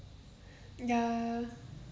ya ya